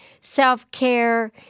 self-care